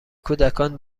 کودکان